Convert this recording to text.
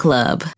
Club